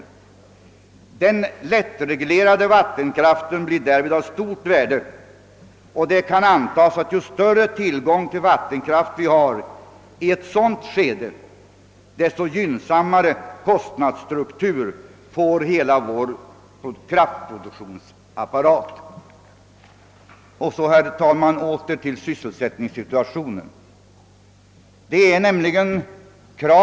Och då blir den lättreglerade vattenkraften av stort värde. Det kan antas att ju större tillgång på vattenkraft vi då har, desto gynnsammare blir hela vår kraftproduktionsapparat till sin struktur. Men låt mig återgå till sysselsättningssituationen.